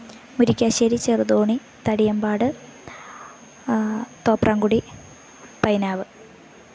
Murickassery Cheruthoni Thadiyampad Thopramkudy Painavu